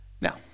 Now